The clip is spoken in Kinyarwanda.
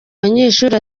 banyeshuri